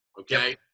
okay